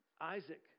Isaac